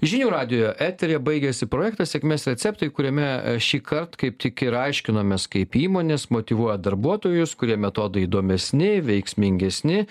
žinių radijo eteryje baigėsi projektas sėkmės receptai kuriame šįkart kaip tik ir aiškinomės kaip įmonės motyvuoja darbuotojus kurie metodai įdomesni veiksmingesni